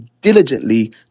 diligently